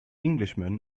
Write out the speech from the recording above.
englishman